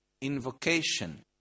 invocation